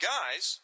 Guys